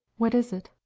what is it?